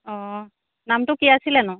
অঁ নামটো কি আছিলেনো